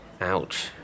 Ouch